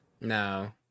No